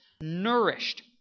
nourished